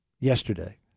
yesterday